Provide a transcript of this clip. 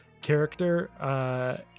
character